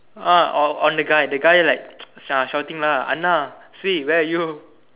uh on on the guy the guy like shou~ shouting lah அண்ணா:annaa say where are you